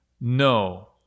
No